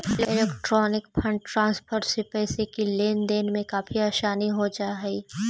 electronic fund transfer से पैसे की लेन देन में काफी आसानी हो जा हई